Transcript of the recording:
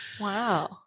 Wow